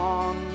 on